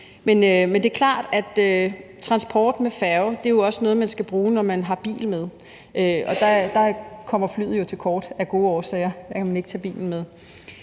Men det er klart, af transport med færge også er noget, man skal bruge, når man har bil med, og der kommer flyet jo af gode grunde til kort, for der kan man ikke tage bilen med.